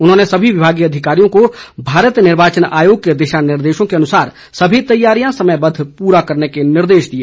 उन्होंने सभी विभागीय अधिकारियों को भारत निर्वाचन आयोग के दिशा निर्देशों के अनुसार सभी तैयारियां समयबद्ध पूरा करने के निर्देश दिए